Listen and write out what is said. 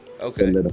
okay